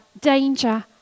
danger